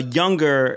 younger